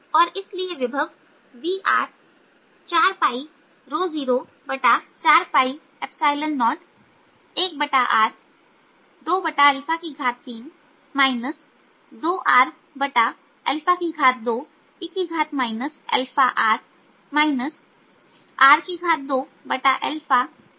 और इसलिए विभव v 40401r23 2r2e αr r2e αr 23e αrहोगा और यह बराबर होगा